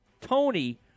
Tony